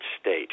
state